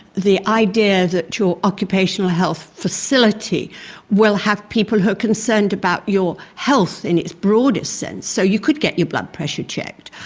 the idea that your occupational health facility will have people who are concerned about your health in its broadest sense, so you could get your blood pressure checked,